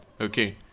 okay